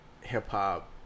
hip-hop